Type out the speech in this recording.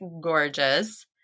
gorgeous